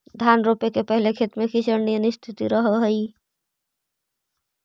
धान रोपे के पहिले खेत में कीचड़ निअन स्थिति रहऽ हइ